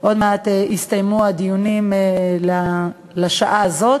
עוד מעט יסתיימו הדיונים לשעה הזאת,